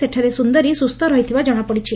ସେଠାରେ ସୁନ୍ଦରୀ ସୁସ୍ସ ରହିଥିବା ଜଶାପଡ଼ିଛି